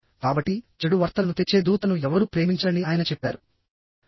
కాబట్టిచెడు వార్తలను తెచ్చే దూతను ఎవరూ ప్రేమించరని ఆయన చెప్పారు